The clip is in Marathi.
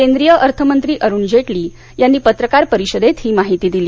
केंद्रीय अर्थमंत्री अरुण जेटली यांनी पत्रकार परिषदेत ही माहिती दिली